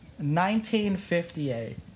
1958